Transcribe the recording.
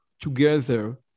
together